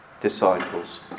disciples